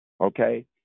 okay